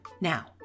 Now